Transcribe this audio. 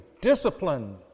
discipline